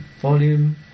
Volume